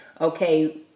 okay